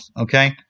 Okay